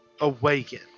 awaken